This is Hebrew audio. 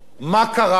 מה קרה?